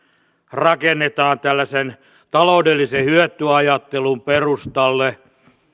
rakennetaan tällaisen taloudellisen hyötyajattelun perustalle